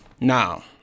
Now